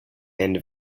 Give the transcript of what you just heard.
end